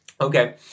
Okay